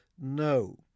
No